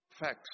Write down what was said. facts